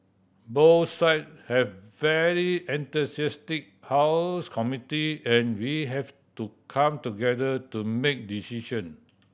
both side have very enthusiastic house committee and we had to come together to make decision